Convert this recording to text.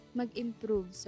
mag-improve